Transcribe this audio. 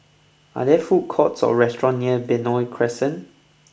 are there food courts or restaurants near Benoi Crescent